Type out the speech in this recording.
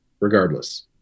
regardless